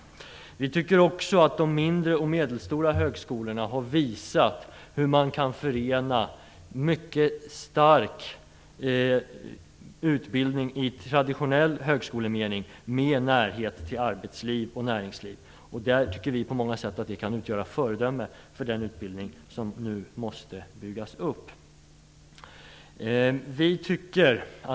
Centerpartiet tycker också att de mindre och medelstora högskolorna har visat hur man kan förena utbildning i mycket stark traditionell högskolemening med närhet till arbets och näringsliv. Det tycker vi kan utgöra ett föredöme på många sätt för den utbildning som nu måste byggas upp.